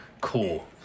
cool